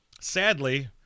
Sadly